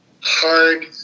hard